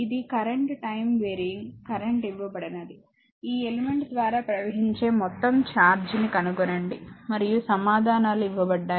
ఇది current time varying current ఇవ్వబడినది ఈ ఎలిమెంట్ ద్వారా ప్రవహించే మొత్తం ఛార్జీని కనుగొనండి మరియు సమాధానాలు ఇవ్వబడ్డాయి